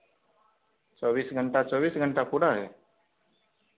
चौबीस घंटा चौबीस घंटा पूरा है